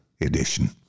Edition